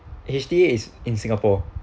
H_T_A is in singapore